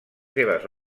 seves